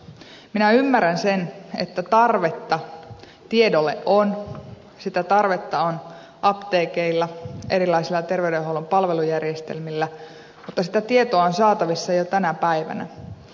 minä ymmärrän sen että tarvetta tiedolle on sitä tarvetta on apteekeilla erilaisilla terveydenhuollon palvelujärjestelmillä mutta sitä tietoa on saatavissa jo tänä päivänä